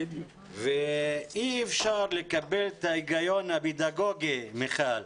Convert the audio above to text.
אי אפשר לקבל את ההיגיון הפדגוגי, מיכל,